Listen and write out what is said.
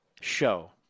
show